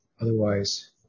otherwise